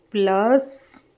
plus